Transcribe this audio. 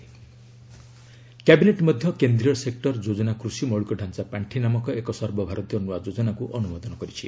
add cabinet cabinet ମଧ୍ୟ କେନ୍ଦ୍ରୀୟ sector ଯୋଜନା କୃଷି ମୌଳିକ ଢାଞ୍ଚା ପାର୍ଷି ନାମକ ଏକ ସର୍ବଭାରତୀୟ ନୂଆ ଯୋଜନାକୁ ଅନୁମୋଦନ କରିଛି